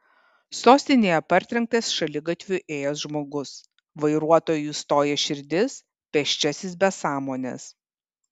sostinėje partrenktas šaligatviu ėjęs žmogus vairuotojui stoja širdis pėsčiasis be sąmonės